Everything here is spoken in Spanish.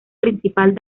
principal